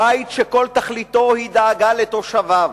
בית שכל תכליתו היא דאגה לתושביו.